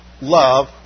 love